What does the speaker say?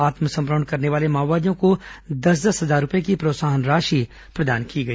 आत्मसमर्पण करने वाले माओवादियों को दस दस हजार रूपये की प्रोत्साहन राशि प्रदान की गई